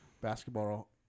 basketball